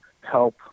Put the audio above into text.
help